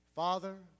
Father